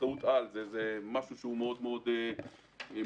זאת אחריות-על, וזה משהו מאוד מוזר.